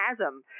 chasm